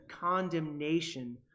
condemnation